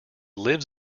lives